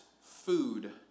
food